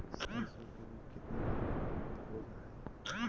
सरसो के बीज कितने दिन में अंकुरीत हो जा हाय?